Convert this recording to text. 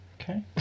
Okay